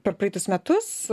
per praeitus metus